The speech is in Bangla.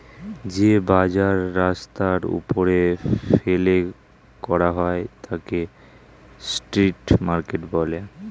যে বাজার রাস্তার ওপরে ফেলে করা হয় তাকে স্ট্রিট মার্কেট বলে